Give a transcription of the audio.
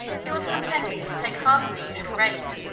he was contented to take half the usual rate,